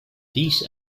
these